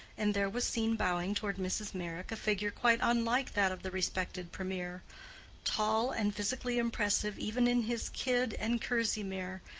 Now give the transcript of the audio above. and there was seen bowing toward mrs. meyrick a figure quite unlike that of the respected premier tall and physically impressive even in his kid and kerseymere,